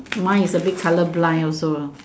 mine is a bit color blind also lah